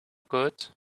good